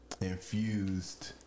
infused